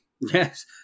Yes